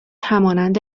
همانند